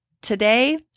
Today